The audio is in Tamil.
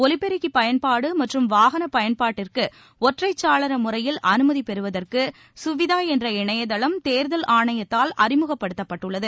ஒலிபெருக்கி பயன்பாடு மற்றும் வாகன பயன்பாட்டிற்கு ஒற்றைச்சாரள முறையில் அனுமதி பெறுவதற்கு சுவிதா என்ற இணையதளம் தேர்தல் ஆணையத்தால் அறிமுகப்படுத்தப்பட்டுள்ளது